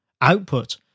output